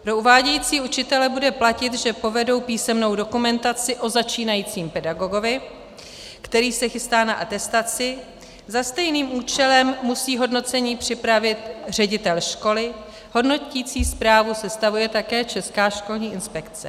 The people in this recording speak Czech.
Pro uvádějící učitele bude platit, že povedou písemnou dokumentaci o začínajícím pedagogovi, který se chystá na atestaci, za stejným účelem musí hodnocení připravit ředitel školy, hodnoticí zprávu sestavuje také Česká školní inspekce.